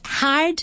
hard